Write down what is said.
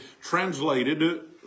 translated